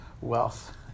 wealth